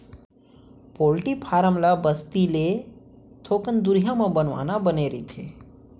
poultry farm ल बस्ती ले थोकन दुरिहा म बनवाना बने रहिथे